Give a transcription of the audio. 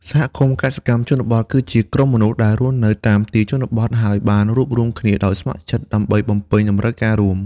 សហគមន៍កសិកម្មជនបទ គឺជាក្រុមមនុស្សដែលរស់នៅតាមទីជនបទ ហើយបានរួបរួមគ្នាដោយស្ម័គ្រចិត្តដើម្បីបំពេញតម្រូវការរួម។